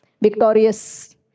Victorious